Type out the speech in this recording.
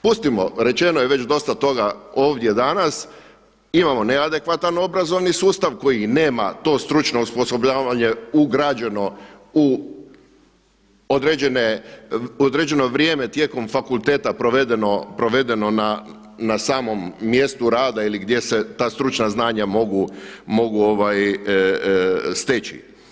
Pustimo, rečeno je već dosta toga ovdje danas, imamo neadekvatan obrazovni sustav koji nema to stručno osposobljavanje ugrađeno u određeno vrijeme tijekom fakulteta provedeno na samom mjestu rada ili gdje se ta stručna znanja mogu steći.